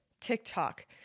TikTok